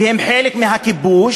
והן חלק מהכיבוש,